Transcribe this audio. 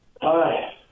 Hi